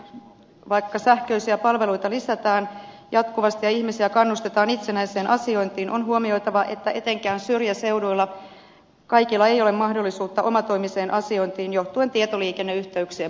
vaikka sähköisiä palveluita lisätään jatkuvasti ja ihmisiä kannustetaan itsenäiseen asiointiin on huomioitava että etenkään syrjäseuduilla kaikilla ei ole mahdollisuutta omatoimiseen asiointiin johtuen tietoliikenneyhteyksien puuttumisesta